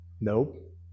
Nope